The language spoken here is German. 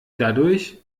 dadurch